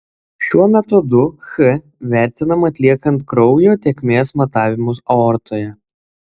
šiuo metodu ch vertinama atliekant kraujo tėkmės matavimus aortoje